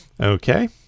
okay